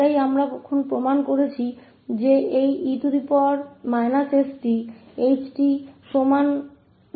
तो यह हमने यहाँ सिद्ध किआ है अब e sth𝑡 0 के बराबर है मतलब ℎ𝑡 0 के बराबर है